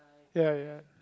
ya ya